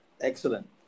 excellent